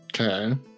Okay